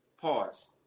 Pause